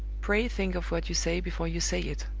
pray think of what you say before you say it!